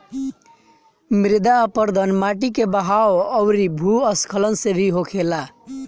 मृदा अपरदन माटी के बहाव अउरी भू स्खलन से भी होखेला